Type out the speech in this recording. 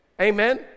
Amen